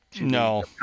No